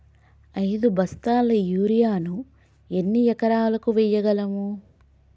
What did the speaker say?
ఐదు బస్తాల యూరియా ను ఎన్ని ఎకరాలకు వేయగలము?